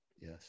Yes